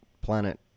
planet